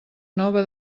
nova